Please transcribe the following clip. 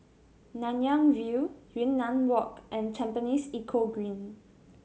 Nanyang View Yunnan Walk and Tampines Eco Green